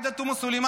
עאידה תומא סלימאן,